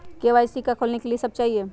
KYC का का खोलने के लिए कि सब चाहिए?